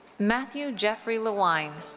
matthew geoffrey lewine.